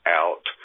out